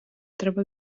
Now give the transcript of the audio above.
треба